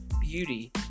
beauty